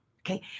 Okay